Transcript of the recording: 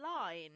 line